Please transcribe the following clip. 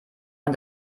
man